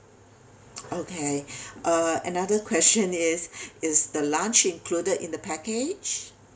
okay uh another question is is the lunch included in the package